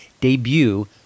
debut